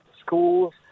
schools